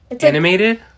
Animated